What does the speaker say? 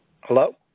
Hello